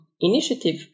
Initiative